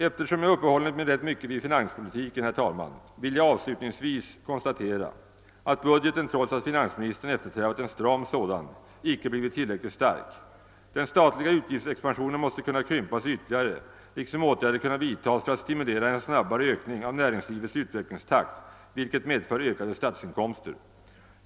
Eftersom jag uppehållit mig rätt mycket vid finanspolitiken vill jag avslutningsvis konstatera att budgeten, trots att finansministern eftersträvat en stram sådan, icke blivit tillräckligt stark. Den statliga utgiftsexpansionen måste kunna krympas ytterligare, liksom åtgärder måste kunna vidtas för att stimulera en snabbare ökning av näringslivets utvecklingstakt, vilket medför ökade statsinkomster.